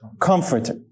comforter